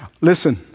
Listen